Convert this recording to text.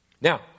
Now